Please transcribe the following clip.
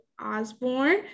Osborne